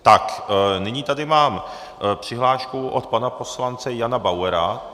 Tak, nyní tady mám přihlášku od pana poslance Jana Bauera.